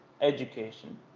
education